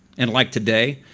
and like today,